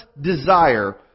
desire